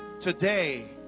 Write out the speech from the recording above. Today